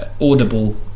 audible